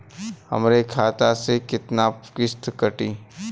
हमरे खाता से कितना किस्त कटी?